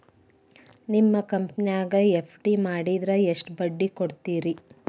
ನಿಮ್ಮ ಕಂಪನ್ಯಾಗ ಎಫ್.ಡಿ ಮಾಡಿದ್ರ ಎಷ್ಟು ಬಡ್ಡಿ ಕೊಡ್ತೇರಿ?